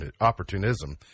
opportunism